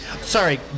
Sorry